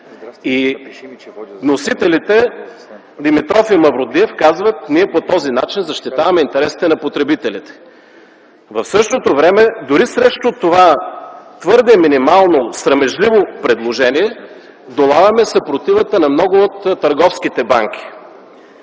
Вносителите Димитров и Мавродиев казват: ние по този начин защитаваме интересите на потребителите. В същото време дори срещу това твърде минимално, срамежливо предложение, долавяме съпротивата на много от търговските банки.